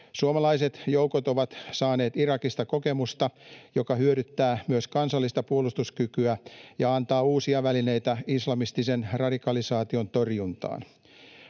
Suomalaiset joukot ovat saaneet Irakista kokemusta, joka hyödyttää myös kansallista puolustuskykyä ja antaa uusia välineitä islamistisen radikalisaation torjuntaan.